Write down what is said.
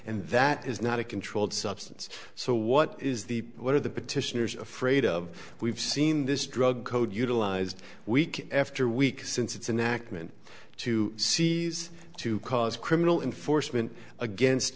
and that is not a controlled substance so what is the what are the petitioners afraid of we've seen this drug code utilized week after week since it's a nachman to seize to cause criminal in foresman against